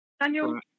Daniel